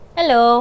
hello